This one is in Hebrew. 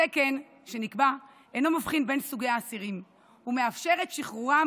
התקן שנקבע אינו מבחין בין סוגי האסירים ומאפשר גם את שחרורם